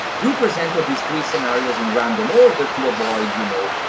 we presented these three scenarios in random order, to avoid, you know,